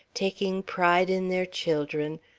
taking pride in their children,